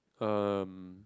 um